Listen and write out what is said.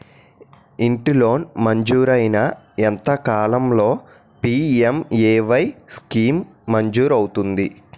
ఇంటి లోన్ మంజూరైన ఎంత కాలంలో పి.ఎం.ఎ.వై స్కీమ్ మంజూరు అవుతుంది?